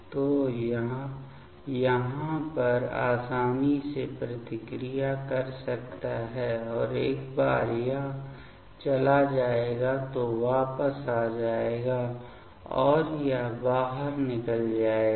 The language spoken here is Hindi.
तो यह यहां पर आसानी से प्रतिक्रिया कर सकता है और एक बार यह चला जाएगा तो वापस आ जाएगा और यह बाहर निकल जाएगा